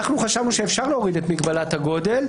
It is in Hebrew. ואנחנו חשבנו שאפשר להוריד את מגבלת הגודל,